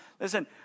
Listen